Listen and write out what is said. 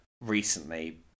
recently